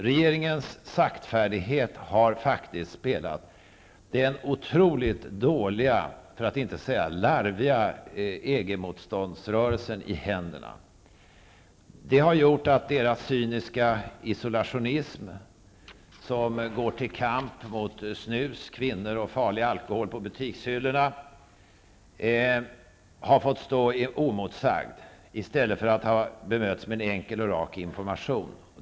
Regeringens saktfärdighet har faktiskt spelat den otroligt dåliga, för att inte säga larviga, EG-motståndsrörelsen i händerna. Det har gjort att dess cyniska isolationism -- som går till kamp med snus, kvinnor och farlig alkohol på butikshyllorna -- har fått stå oemotsagd i stället för att bemötas med rak och enkel information.